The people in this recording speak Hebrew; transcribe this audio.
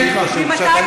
אני אקרא.